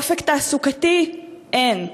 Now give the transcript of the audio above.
אופק תעסוקתי אין,